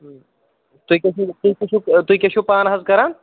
تُہۍ کیٛاہ چھِوٕ تُہۍ کیٛاہ چھِوٕ تُہۍ کیٛاہ چھِوٕ پانہٕ حظ کٔران